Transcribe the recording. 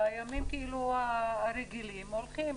בימים הרגילים הולכים,